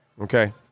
okay